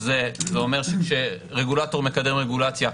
זה אומר שכאשר רגולטור מקדם רגולציה,